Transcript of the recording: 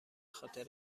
خاطر